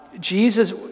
Jesus